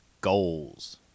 Goals